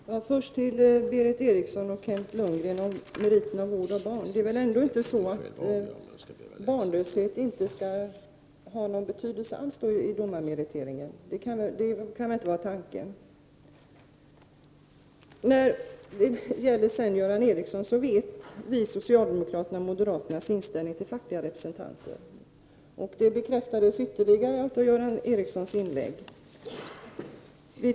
Herr talman! Först vill jag ta upp det som Berith Eriksson och Kent Lundgren sade om merit för vård av barn. Tanken kan väl inte vara att barnlöshet inte skall ha någon betydelse alls i domarmeriteringen. Vi socialdemokrater känner till moderaternas inställning till fackliga representanter, och den bekräftades ytterligare av Göran Ericssons inlägg.